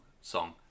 song